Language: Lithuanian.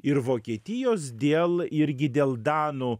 ir vokietijos dėl irgi dėl danų